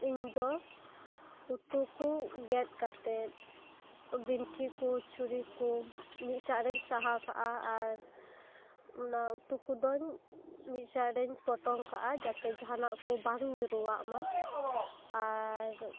ᱤᱧ ᱫᱚ ᱩᱛᱩ ᱠᱚ ᱜᱮᱫ ᱠᱟᱛᱮᱫ ᱵᱤᱱᱴᱷᱤ ᱠᱚ ᱪᱷᱩᱨᱤ ᱠᱚ ᱢᱤᱫ ᱥᱮᱫ ᱨᱤᱧ ᱥᱟᱦᱟ ᱠᱟᱜᱼᱟ ᱟᱨ ᱚᱱᱟ ᱩᱛᱩ ᱠᱚᱫᱚᱧ ᱢᱤᱫ ᱥᱮᱫᱨᱮᱧ ᱯᱚᱴᱚᱢ ᱠᱟᱜᱼᱟ ᱡᱟᱛᱮ ᱡᱟᱦᱟᱱᱟᱜ ᱠᱚ ᱵᱟᱝ ᱧᱩᱨᱩᱣᱟᱜ ᱢᱟ ᱟᱨ